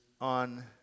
on